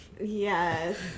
yes